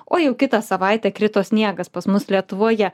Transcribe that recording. o jau kitą savaitę krito sniegas pas mus lietuvoje